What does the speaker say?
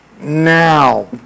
now